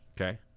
Okay